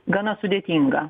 gana sudėtinga